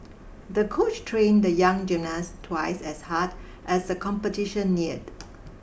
the coach train the young gymnast twice as hard as the competition neared